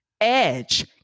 Edge